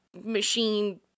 machine